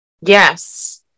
Yes